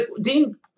Dean